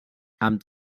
amb